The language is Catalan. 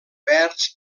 verds